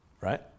right